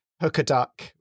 hook-a-duck